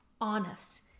honest